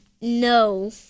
no